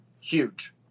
huge